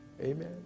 Amen